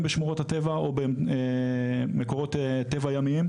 בשמורות הטבע או במקורות טבע ימיים.